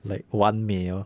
like 完美 lor